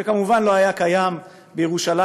שכמובן לא היה קיים בירושלים,